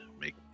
Make